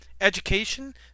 education